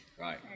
right